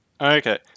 okay